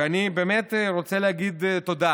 ואני באמת רוצה להגיד תודה